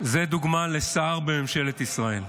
זו דוגמה לשר בממשלת ישראל.